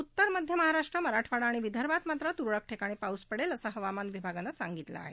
उत्तर मध्य महाराष्ट्र मराठवाडा आणि विदर्भात मात्र तुरळक ठिकाणी पाऊस पडेल असं हवामान विभागानं सांगीतलं आहे